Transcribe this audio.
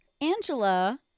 Angela